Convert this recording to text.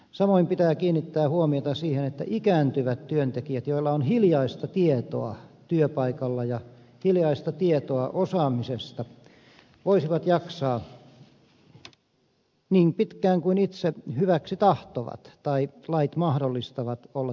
samoin pitää kiinnittää huomiota siihen että ikääntyvät työntekijät joilla on hiljaista tietoa työpaikalla ja hiljaista tietoa osaamisesta voisivat jaksaa niin pitkään kuin itse hyväksi katsovat tai lait mahdollistavat olla työssä